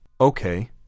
Okay